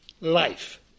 life